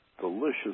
delicious